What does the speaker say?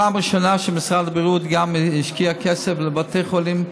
פעם ראשונה שמשרד הבריאות גם השקיע כסף בבתי חולים ציבוריים,